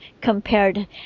compared